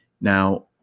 Now